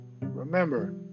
Remember